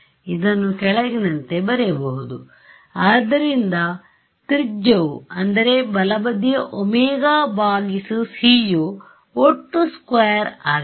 ಇದನ್ನು ಕೆಳಗಿನಂತೆ ಬರೆಯಬಹುದು ಆದ್ದರಿಂದ ತ್ರಿಜ್ಯವು ಅಂದರೆ ಬಲಬದಿಯ ಒಮೆಗಾ ಭಾಗಿಸು ಸಿ ಯ ಒಟ್ಟು ಸ್ಕ್ಯಾರ್ ωc2ಆಗಿದೆ